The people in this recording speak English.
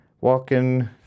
Walking